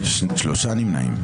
3 בעד,